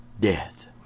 death